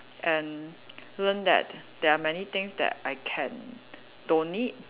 and learn that there are many things that I can don't need